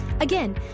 Again